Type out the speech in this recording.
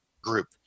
group